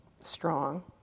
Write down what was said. strong